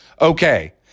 okay